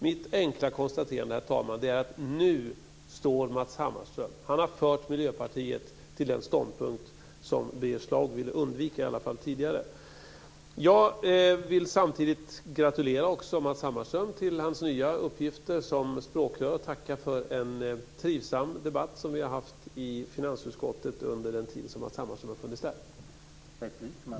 Mitt enkla konstaterande, herr talman, är att Matz Hammarström nu har fört Miljöpartiet till den ståndpunkt som Birger Schlaug - i varje fall tidigare - ville undvika. Jag vill passa på att gratulera Matz Hammarström till hans nya uppgifter som språkrör och tacka för den trivsamma debatt som vi haft i finansutskottet under den tid som Matz Hammarström suttit med där.